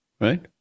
Right